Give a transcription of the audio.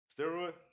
Steroid